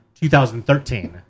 2013